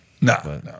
No